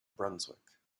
brunswick